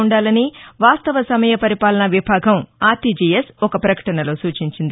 ఉండాలని వాస్తవ సమయ పరిపాలన విభాగం అర్టీజీఎస్ ఒక ప్రకటనలో సూచించింది